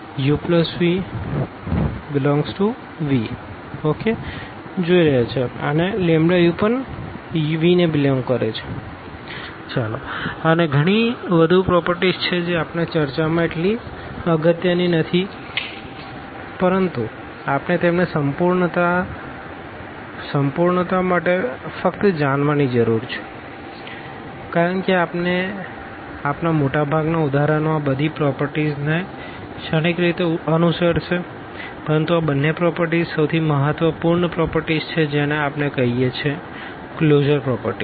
uv∈V∀uv∈V u∈V∀λ∈Ru∈V અને ઘણી વધુ પ્રોપરટીઝ છે જે આપણી ચર્ચામાં એટલી અગત્યની નથી પરંતુ આપણે તેમને સંપૂર્ણતા માટે ફક્ત જણાવવાની જરૂર છે કારણ કે આપણા મોટાભાગનાં ઉદાહરણો આ બધી પ્રોપરટીઝ ને ક્ષણિક રીતે અનુસરશે પરંતુ આ બંને પ્રોપરટીઝ સૌથી મહત્વપૂર્ણ પ્રોપરટીઝ છે જેને આપણે કહીએ છીએ કલોઝર પ્રોપરટીઝ